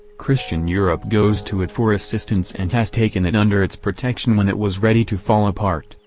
christian europe goes to it for assistance and has taken it under its protection when it was ready to fall apart,